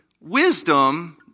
wisdom